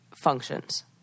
functions